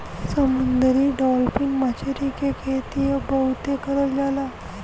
समुंदरी डालफिन मछरी के खेती अब बहुते करल जाला